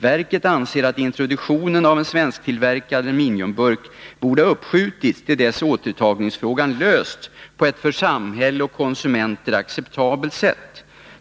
Verket anser att introduktionen av en svensktillverkad aluminiumburk borde ha uppskjutits till dess återtagningsfrågan lösts på ett för samhälle och konsumenter acceptabelt sätt.